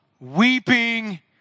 weeping